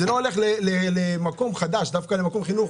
זה לא הולך למקום חדש, דווקא למקום חינוך.